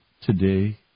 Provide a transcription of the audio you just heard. today